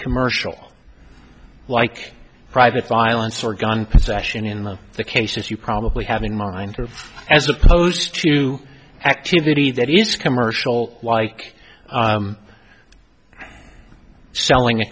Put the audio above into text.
commercial like private violence or gun possession in the the cases you probably have in mind as opposed to activity that is commercial like selling a